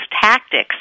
tactics